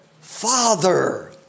Father